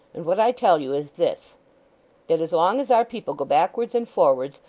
and what i tell you is this that as long as our people go backwards and forwards,